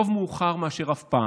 טוב מאוחר מאשר אף פעם.